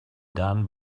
done